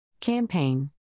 Campaign